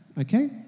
okay